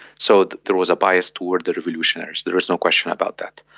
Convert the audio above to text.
so there was a bias towards the revolutionaries, there is no question about that.